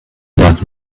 not